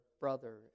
brother